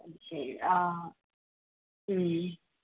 okay